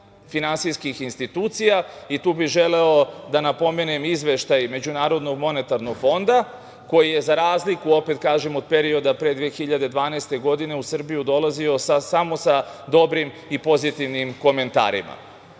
finansijskih institucija. Tu bih želeo da napomenem Izveštaj MMF-a, koji je za razliku, opet kažem, od perioda pre 2012. godine, u Srbiju dolazio samo sa dobrim i pozitivnim komentarima. Do